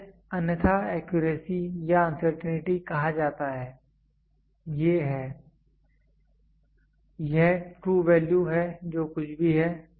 इसे अन्यथा एक्यूरेसी या अनसर्टेंटी कहा जाता है ये हैं यह ट्रू वैल्यू है जो कुछ भी है